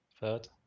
third